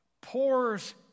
pours